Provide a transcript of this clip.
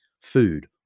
food